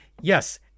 Yes